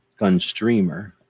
GunStreamer